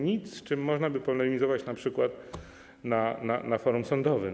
Nic, z czym można byłoby polemizować np. na forum sądowym.